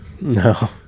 No